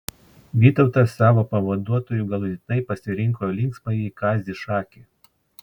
vytautas savo pavaduotoju galutinai pasirinko linksmąjį kazį šakį